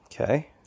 Okay